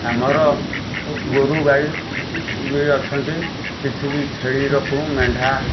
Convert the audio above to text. ଆମର ଗୋରୁ ଗାଈ ବି ଅଛନ୍ତି କିଛି ବି ଛେଳି ରଖୁଁ ମେଣ୍ଢା